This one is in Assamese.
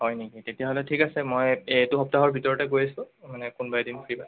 হয় নেকি তেতিয়াহ'লে ঠিক আছে মই এইটো সপ্তাহৰ ভিতৰতে গৈ আছোঁ মানে কোনোবা এদিন ফ্ৰী বাৰে